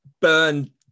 burn